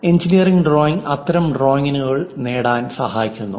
engineering drawing അത്തരം ഡ്രോയിംഗുകൾ നേടാൻ സഹായിക്കുന്നു